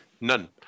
None